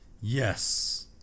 Yes